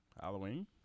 Halloween